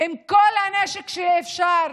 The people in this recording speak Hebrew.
עם כל הנשק שאפשר,